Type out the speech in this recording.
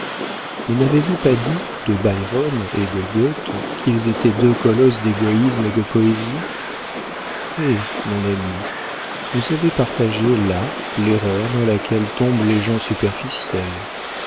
ne m'avez-vous pas dit de byron et de goethe qu'ils étaient deux colosses d'égoïsme et de poésie hé mon ami vous avez partagé là l'erreur dans laquelle tombent les gens superficiels